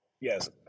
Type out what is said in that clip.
yes